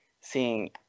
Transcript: seeing